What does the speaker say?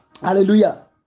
Hallelujah